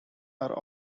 are